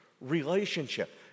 relationship